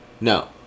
No